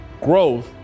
Growth